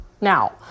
Now